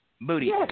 Booty